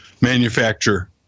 manufacture